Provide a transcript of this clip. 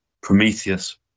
Prometheus